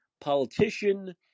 politician